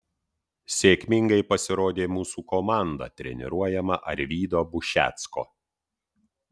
sėkmingai pasirodė mūsų komanda treniruojama arvydo bušecko